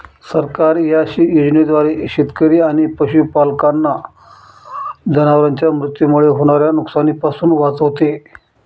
सरकार या योजनेद्वारे शेतकरी आणि पशुपालकांना जनावरांच्या मृत्यूमुळे होणाऱ्या नुकसानीपासून वाचवते